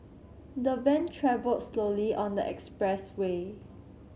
the van travelled slowly on the expressway